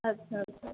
আচ্ছা আচ্ছা